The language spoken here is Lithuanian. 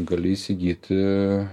gali įsigyti